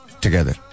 together